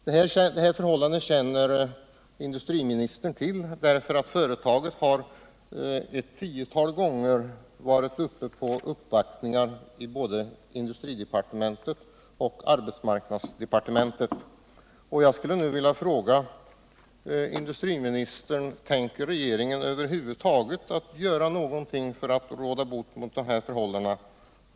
Det här förhållandet känner industriministern till, eftersom företaget ett tiotal gånger varit uppe på uppvaktningar i både industridepartementet och arbetsmarknadsdepartementet. Jag skulle nu vilja fråga industriministern: Tänker regeringen över huvud taget göra någonting för att råda bot på de här förhållandena?